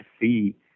see